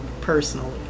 personally